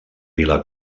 vila